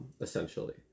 essentially